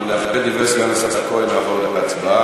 ואחרי דברי סגן השר כהן נעבור להצבעה.